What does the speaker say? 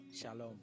Shalom